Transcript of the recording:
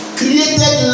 created